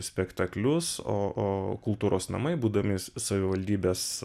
spektaklius o o kultūros namai būdami savivaldybės